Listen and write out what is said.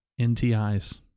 NTIs